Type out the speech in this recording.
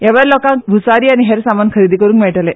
त्यावेळार लोकांक भूसारी आनी हेर सामान खरेदी करूंक मेळटले